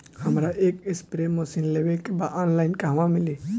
हमरा एक spray machine लेवे के बा ऑनलाइन कहवा मिली?